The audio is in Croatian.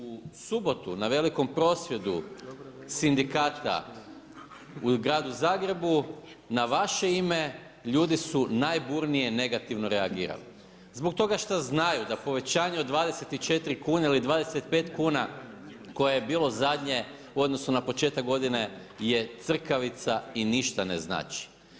U subotu, na velikom prosvjedu sindikata, u Gradu Zagrebu, na vaše ime ljudi su najburnije negativno reagirali, zbog toga što znaju da povećanje od 24 kn ili 25 kn, koje je bilo zadnje u odnosu na početak g. je crkavica i ništa ne znači.